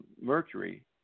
Mercury